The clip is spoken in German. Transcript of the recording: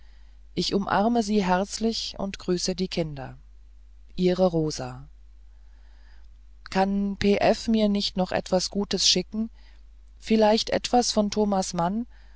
ich umarme sie herzlichst und grüße die kinder ihre rosa kann pf mir nicht noch etwas gutes schicken vielleicht etwas von th mann